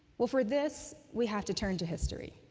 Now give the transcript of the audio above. well for this, we have to turn to history.